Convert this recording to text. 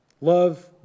love